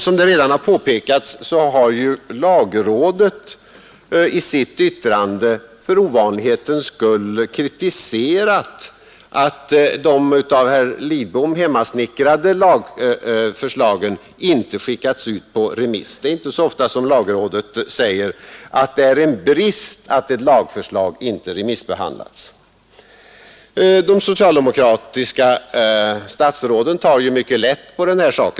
Som redan påpekats har lagrådet i sitt yttrande för ovanlighetens skull kritiserat det förhållandet att de av herr Lidbom hemsnickrade lagförslagen inte skickats ut på remiss. Det är inte så ofta som lagrådet säger att det är en brist att ett lagförslag inte remissbehandlats. De socialdemokratiska statsråden tar ju mycket lätt på denna sak.